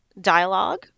dialogue